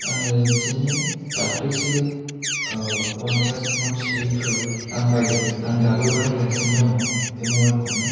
आङो बिदिनो दाख्लैसो अवान प्लास नर्ड सि टु आं बायदों आं दाबो बाहायगासिनो दं बे मबाइलखौनो